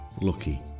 Lucky